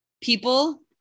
people